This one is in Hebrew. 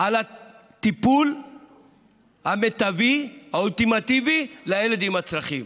על הטיפול המיטבי האולטימטיבי לילד עם הצרכים.